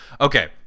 Okay